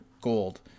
gold